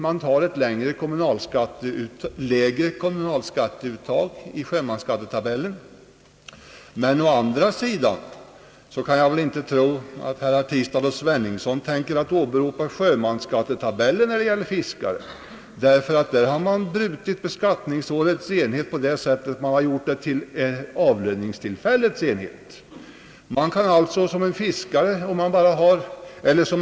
Det görs ett lägre kommunalskatteuttag i sjömansskattetabellen, men å andra sidan kan jag väl inte tro att herr Tistad och herr Svenungsson tänker åberopa sjömansskattetabellen när det gäller beskattningen för fiskarna, ty man har vid beskattningen för sjömännen gjort avsteg från beskattningsårets enhet.